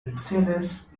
vincennes